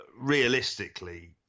realistically